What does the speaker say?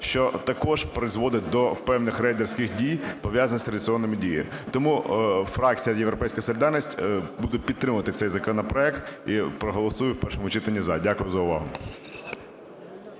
що також призводить до певних рейдерських дій, пов'язаних з реєстраційними діями. Тому фракція "Європейська солідарність" буде підтримувати цей законопроект і проголосує в першому читанні "за". Дякую за увагу.